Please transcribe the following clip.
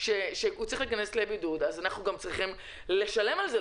שאדם צריך להיכנס לבידוד אז אנחנו גם צריכים לשלם על זה.